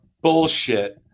bullshit